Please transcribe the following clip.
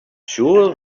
sure